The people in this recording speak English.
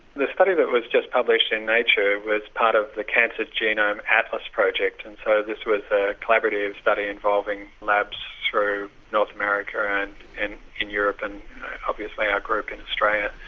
the study that was just published in nature was part of the cancer genome atlas project. and so this was a collaborative study involving labs through north america and in europe and obviously our group in australia.